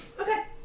okay